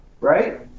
right